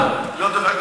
לא דובר.